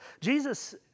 Jesus